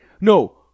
No